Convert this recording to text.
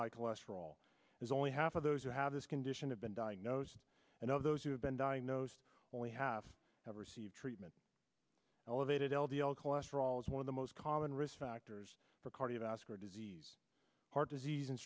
high cholesterol is only half of those who have this condition have been diagnosed and of those who have been diagnosed only half have received treatment elevated l d l cholesterol is one of the most common risk factors for cardiovascular disease heart disease and